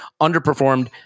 underperformed